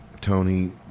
Tony